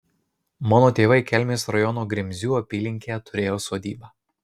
mano tėvai kelmės rajono grimzių apylinkėje turėjo sodybą